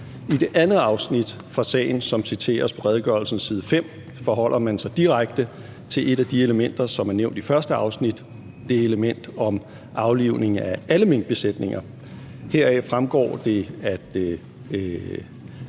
I det andet afsnit fra sagen, som citeres på redegørelsens side 5, forholder man sig direkte til et af de elementer, som er nævnt i første afsnit, altså det element om aflivningen af alle minkbesætninger. Heraf fremgår det, at